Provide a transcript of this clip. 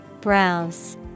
browse